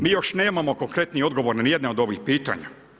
Mi još nemamo konkretnih odgovor na nijedno od ovih pitanja.